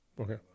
okay